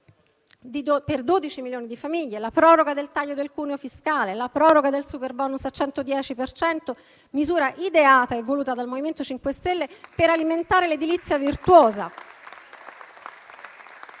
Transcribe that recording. per 12 milioni di famiglie, la proroga del taglio del cuneo fiscale, la proroga del superbonus al 110 per cento, misura ideata e voluta dal Movimento 5 Stelle per alimentare l'edilizia virtuosa